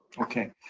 Okay